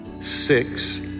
six